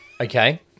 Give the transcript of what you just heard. Okay